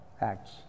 acts